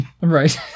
right